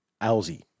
Alzi